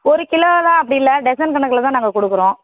ஒரு கிலோ எல்லாம் அப்படி இல்லை டெஜன் கணக்கில் தான் நாங்கள் கொடுக்கறோம்